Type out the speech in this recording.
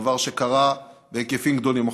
דבר שקרה בהיקפים גדולים.